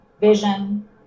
vision